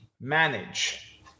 manage